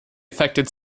affected